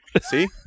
See